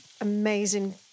amazing